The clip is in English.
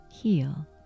heal